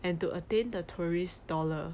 and to attain the tourist dollar